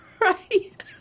right